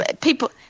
People